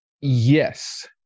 yes